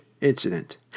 incident